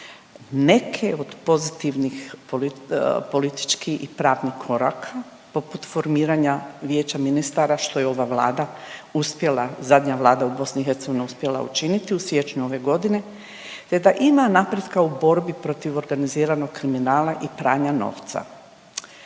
neke od pozitivnih političkih i pravnih koraka poput formiranja vijeća ministara što je ova vlada uspjela, zadnja vlada u BiH uspjela učiniti u siječnju ove godine te da ima napretka u borbi protiv organiziranog kriminala i pranja novca.